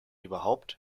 überhaupt